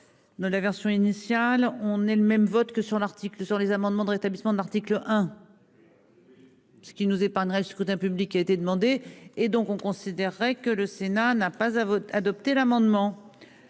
De la version initiale, on est le même vote que sur l'article sur les amendements de rétablissement de l'article hein. Ce qui nous épargnerait scrutin public qui a été demandé et donc on considérait que le Sénat n'a pas à votre adopté l'amendement.